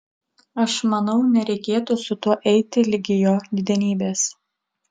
aš manau nereikėtų su tuo eiti ligi jo didenybės